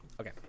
Okay